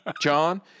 John